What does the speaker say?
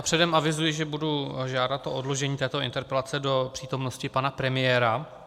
Předem avizuji, že budu žádat o odložení této interpelace do přítomnosti pana premiéra.